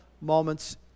moments